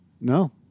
No